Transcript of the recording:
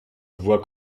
voit